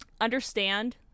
understand